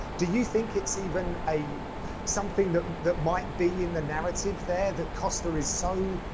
do you think it's even a something that that might be in the narrative there that costa is so,